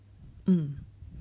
mm